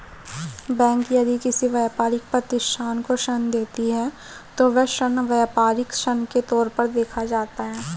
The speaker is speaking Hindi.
बैंक यदि किसी व्यापारिक प्रतिष्ठान को ऋण देती है तो वह ऋण व्यापारिक ऋण के तौर पर देखा जाता है